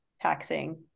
taxing